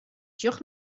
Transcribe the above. sjocht